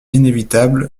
inévitables